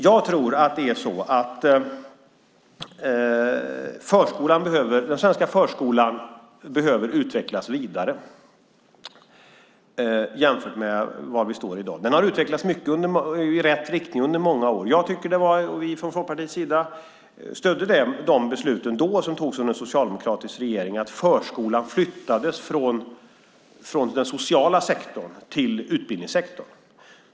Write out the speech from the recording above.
Jag tror att den svenska förskolan behöver utvecklas vidare utifrån var vi står i dag. Den har utvecklats i rätt riktning under många år. Jag och vi från Folkpartiets sida stödde de beslut som fattades under socialdemokratisk regering om att flytta förskolan från den sociala sektorn till utbildningssektorn.